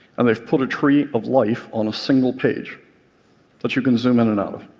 and they've put a tree of life on a single page that you can zoom in and out of.